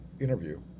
interview